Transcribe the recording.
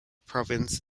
province